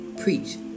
preach